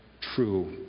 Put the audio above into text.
true